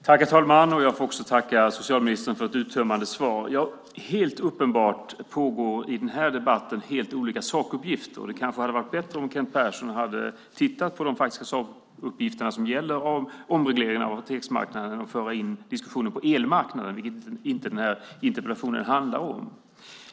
Herr talman! Jag får också tacka socialministern för ett uttömmande svar. Helt uppenbart används i den här debatten helt olika sakuppgifter. Det kanske hade varit bättre om Kent Persson hade tittat på de faktiska sakuppgifter som gäller omregleringen av apoteksmarknaden i stället för att föra in diskussionen på elmarknaden, som inte denna interpellation handlar om.